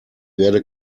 werde